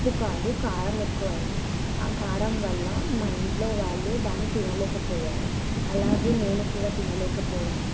ఉప్పు కాదు కారం ఎక్కువైంది ఆ కారం వల్ల మా ఇంట్లో వాళ్ళు దాన్ని తినలేకపోయారు అలాగే నేను కూడా తినలేకపోయాను